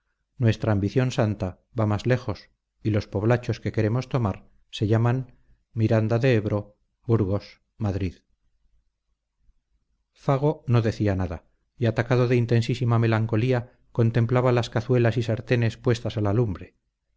nuestra ambición santa va más lejos y los poblachos que queremos tomar se llaman miranda de ebro burgos madrid fago no decía nada y atacado de intensísima melancolía contemplaba las cazuelas y sartenes puestas a la lumbre